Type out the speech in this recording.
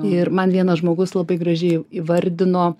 ir man vienas žmogus labai gražiai įvardino